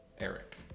Eric